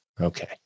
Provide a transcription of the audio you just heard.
Okay